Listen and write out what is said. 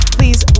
Please